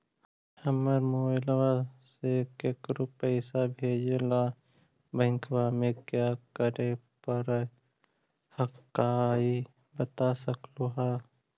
हमरा मोबाइलवा से केकरो पैसा भेजे ला की बैंकवा में क्या करे परो हकाई बता सकलुहा?